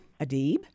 Adib